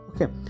Okay